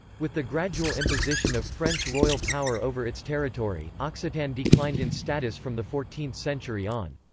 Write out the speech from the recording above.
with the gradual imposition of french royal power over its territory, occitan declined in status from the fourteenth century on.